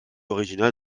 originale